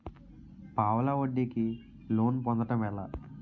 పావలా వడ్డీ కి లోన్ పొందటం ఎలా?